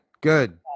good